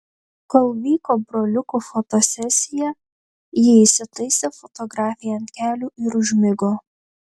kol vyko broliukų fotosesija ji įsitaisė fotografei ant kelių ir užmigo